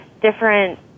different